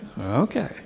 okay